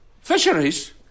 Fisheries